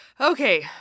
Okay